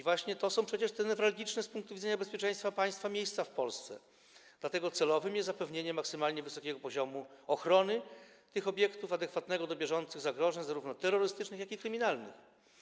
Właśnie to są przecież te newralgiczne z punktu widzenia bezpieczeństwa państwa miejsca w Polsce, dlatego celowe jest zapewnienie maksymalnie wysokiego poziomu ochrony tych obiektów, adekwatnego do bieżących zagrożeń, zarówno terrorystycznych, jak i kryminalnych.